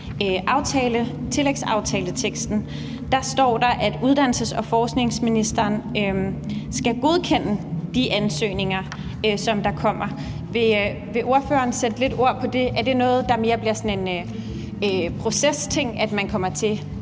i tillægsaftaleteksten står, at uddannelses- og forskningsministeren skal godkende de ansøgninger, som kommer. Vil ordføreren sætte lidt ord på det? Er det noget, der mere bliver sådan en procesting, at man kommer til